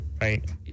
right